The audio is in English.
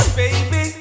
baby